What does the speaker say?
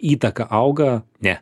įtaka auga ne